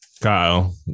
Kyle